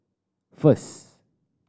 first